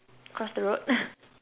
cross the road